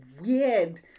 weird